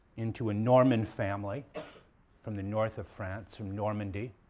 into a norman family from the north of france, from normandy,